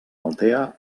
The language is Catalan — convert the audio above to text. altea